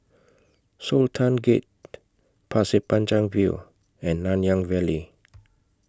Sultan Gate Pasir Panjang View and Nanyang Valley